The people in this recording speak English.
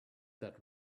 that